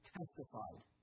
testified